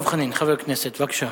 חבר הכנסת דב חנין, בבקשה,